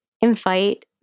invite